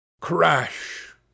crash